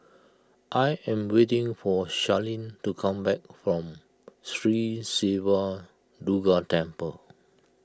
I am waiting for Charlene to come back from Sri Siva Durga Temple